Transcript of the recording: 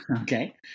okay